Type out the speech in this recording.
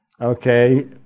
Okay